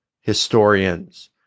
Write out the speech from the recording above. historians